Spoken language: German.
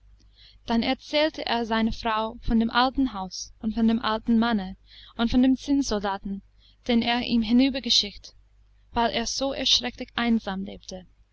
dann erzählte er seiner frau von dem alten haus und von dem alten manne und von dem zinnsoldaten den er ihm hinüber geschickt weil er so erschrecklich einsam lebte